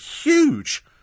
huge